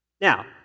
Now